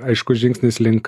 aiškus žingsnis link